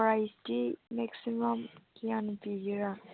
ꯄ꯭ꯔꯥꯏꯖꯇꯤ maximum ꯀꯌꯥꯅ ꯄꯤꯒꯦꯔꯥ